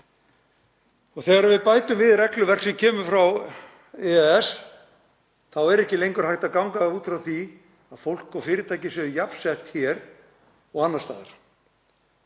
Þegar við bætum við regluverk sem kemur frá EES er ekki lengur hægt að ganga út frá því að fólk og fyrirtæki séu jafnsett hér og annars staðar.